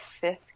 fifth